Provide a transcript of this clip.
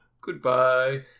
goodbye